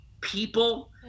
people